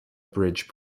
bridge